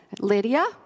Lydia